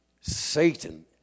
Satan